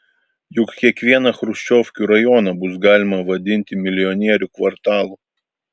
juk kiekvieną chruščiovkių rajoną bus galima vadinti milijonierių kvartalu